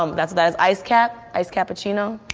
um that's that's iced cap, iced cappuccino.